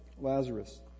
Lazarus